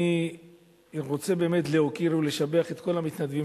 אני רוצה להוקיר ולשבח את כל המתנדבים